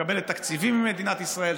שמקבלת תקציבים ממדינת ישראל,